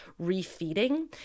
refeeding